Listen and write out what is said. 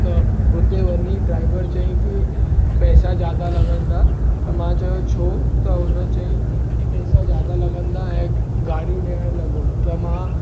त हुते वञी ड्राइवर चयईं की पैसा ज्यादा लॻंदा त मां चयो छो त हुन चयईं की पैसा ज्यादा लॻंदा ऐं गारियूं ॾियणु लॻो त मां